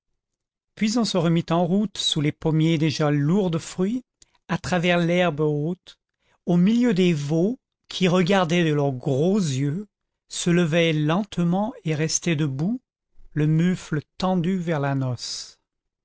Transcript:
puis on se remit en route sous les pommiers déjà lourds de fruits à travers l'herbe haute au milieu des veaux qui regardaient de leurs gros yeux se levaient lentement et restaient debout le mufle tendu vers la noce